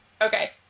Okay